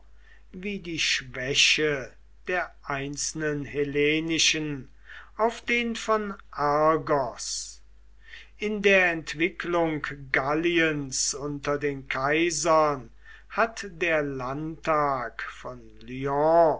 wie die schwäche der einzelnen hellenischen auf den von argos in der entwicklung galliens unter den kaisern hat der landtag von